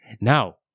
Now